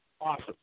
Awesome